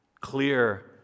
clear